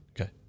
Okay